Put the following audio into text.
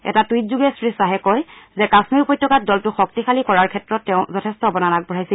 এটা টুইট যোগে শ্ৰী খাহে কয় যে কাশ্মীৰ উপত্যকাত দলটোক শক্তিশালী কৰাৰ ক্ষেত্ৰত তেওঁ যথেষ্ট অৱদান আগবঢ়াইছিল